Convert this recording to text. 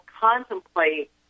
contemplate